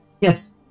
yes